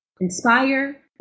inspire